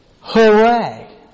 Hooray